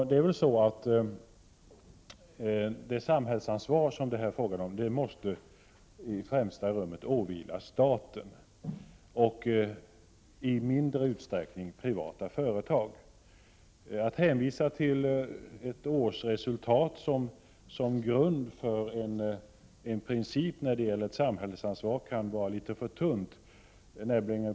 Det samhällsansvar som det här är fråga om måste i främsta rummet åvila staten och i mindre utsträckning privata företag. Hänvisningen till ett årsresultat som grund för en princip när det gäller ett samhällsansvar är litet för tunn.